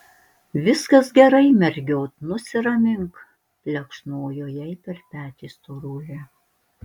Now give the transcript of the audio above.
viskas gerai mergiot nusiramink plekšnojo jai per petį storulė